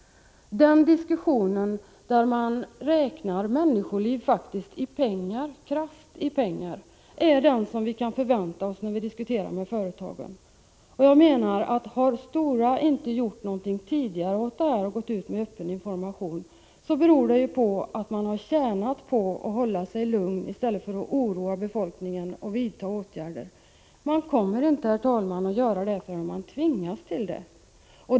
En diskussion där man faktiskt räknar människoliv krasst i pengar är vad vi kan förvänta oss när vi diskuterar med företagen. Jag menar att om Stora inte tidigare har gjort något och gått ut med öppen information, beror det på att man har tjänat på att hålla sig lugn i stället för att oroa befolkningen och vidta åtgärder. Herr talman! Man kommer inte att göra det förrän man tvingas till det.